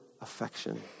affection